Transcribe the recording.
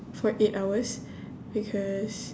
for eight hours because